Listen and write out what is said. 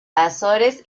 azores